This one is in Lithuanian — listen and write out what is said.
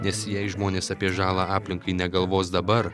nes jei žmonės apie žalą aplinkai negalvos dabar